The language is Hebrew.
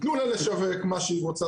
תנו לה לשווק מה שהיא רוצה,